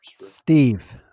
Steve